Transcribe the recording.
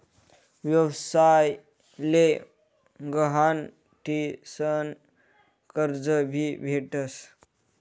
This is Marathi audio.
व्यवसाय ले गहाण ठीसन कर्ज भी भेटस